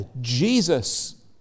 Jesus